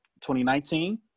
2019